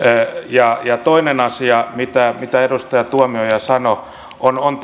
ja toinen asia mitä edustaja tuomioja sanoi on on